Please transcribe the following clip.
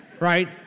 right